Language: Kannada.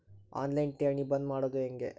ಆನ್ ಲೈನ್ ಠೇವಣಿ ಬಂದ್ ಮಾಡೋದು ಹೆಂಗೆ?